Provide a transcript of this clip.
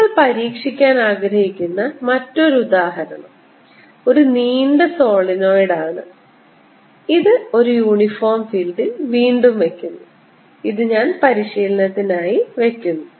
നിങ്ങൾ പരീക്ഷിക്കാൻ ആഗ്രഹിക്കുന്ന മറ്റൊരു ഉദാഹരണം ഒരു നീണ്ട സോളിനോയിഡ് ആണ് ഇത് ഒരു യൂണിഫോം ഫീൽഡിൽ വീണ്ടും വെക്കുന്നു ഇത് ഞാൻ പരിശീലനത്തിനായി വയ്ക്കുന്നു